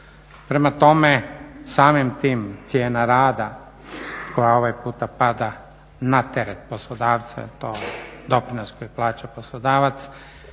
Prema tome, samim tim cijena rada koja ovaj puta pada na teret poslodavca jer je to doprinos koji plaća poslodavac,